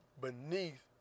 beneath